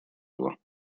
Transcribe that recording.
его